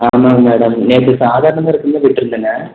ஆமாங்க மேடம் நேற்று சாதாரணமாக இருக்குதுனு விட்ருந்தேங்க